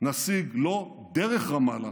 נשיג לא דרך רמאללה